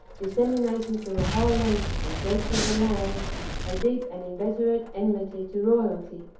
disseminating through the whole length and breadth of the land a deep and inveterate enmity to royalty,